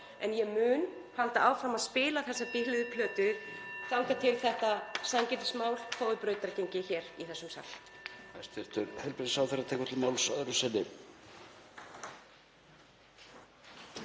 en ég mun halda áfram að spila þessa biluðu plötu þangað til að þetta sanngirnismál fær brautargengi hér í þessum sal.